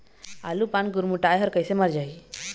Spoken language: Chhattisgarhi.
आलू पान गुरमुटाए हर कइसे मर जाही?